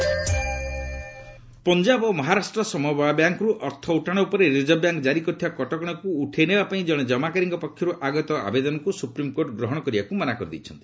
PMC ମ୍ନମ୍ଘାଇ ପଞ୍ଜାବ ଓ ମହାରାଷ୍ଟ୍ର ସମବାୟ ବ୍ୟାଙ୍କରୁ ଅର୍ଥ ଉଠାଣ ଉପରେ ରିଜର୍ଭ ବ୍ୟାଙ୍କ ଜାରି କରିଥିବା କଟକଣାକୁ ଉଠାଇ ନେବାପାଇଁ ଜଣେ ଜମାକାରୀଙ୍କ ପକ୍ଷରୁ ଆଗତ ଆବେଦନକୁ ସୁପ୍ରିମକୋର୍ଟ ଗ୍ରହଣ କରିବାକୁ ମନା କରିଦେଇଛନ୍ତି